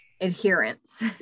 adherence